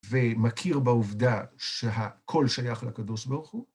ומכיר בעובדה שהכל שייך לקדוש ברוך הוא?